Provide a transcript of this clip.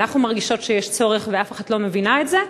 אנחנו מרגישות שיש צורך ואף אחת לא מבינה את זה?